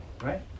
right